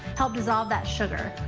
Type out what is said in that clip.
help dissolve that sugar.